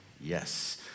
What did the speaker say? yes